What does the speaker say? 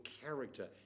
character